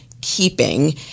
keeping